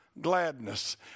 gladness